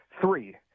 Three